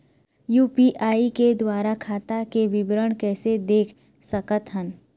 UPI के द्वारा खाता के विवरण कैसे देख सकत हन?